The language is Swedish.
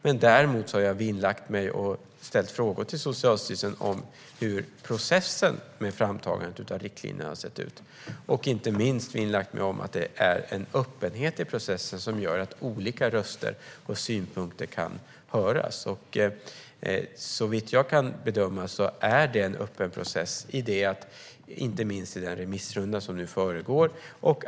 Däremot har jag vinnlagt mig om att ställa frågor till Socialstyrelsen om hur processen med framtagandet av riktlinjerna har sett ut. Inte minst har jag vinnlagt mig om att det ska vara en öppenhet i processen som gör att olika röster och synpunkter kan höras. Såvitt jag kan bedöma är det en öppen process, inte minst med den remissrunda som nu pågår.